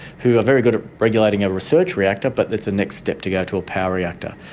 who are very good at regulating a research reactor, but it's a next step to go to a power reactor.